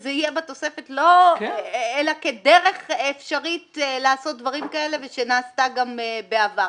שזה יהיה בתוספת כדרך אפשרית לעשות דברים כאלה ושנעשתה גם בעבר.